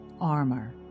armor